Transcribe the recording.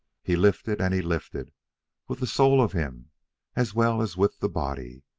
he lifted, and he lifted with the soul of him as well as with the body,